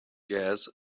jazz